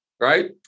right